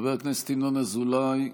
חבר הכנסת ינון אזולאי,